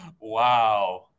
Wow